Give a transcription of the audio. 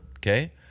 Okay